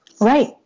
Right